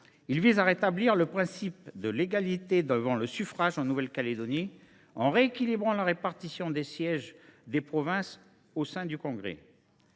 Il vise à rétablir le principe de l’égalité devant le suffrage en Nouvelle Calédonie en rééquilibrant la répartition des sièges des provinces au sein du congrès.